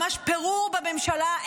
ממש פירור בממשלה,